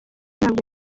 ntabwo